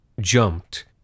jumped